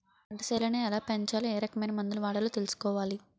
పంటసేలని ఎలాపెంచాలో ఏరకమైన మందులు వాడాలో తెలుసుకోవాలి